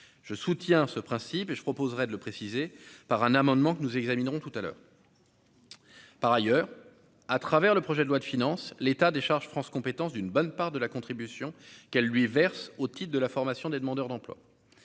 je soutiens ce principe et je proposerais de le préciser, par un amendement que nous examinerons tout à l'heure par ailleurs à travers le projet de loi de finances, l'État des charges France compétence d'une bonne part de la contribution qu'elle lui verse au titre de la formation des demandeurs d'emploi,